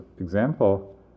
example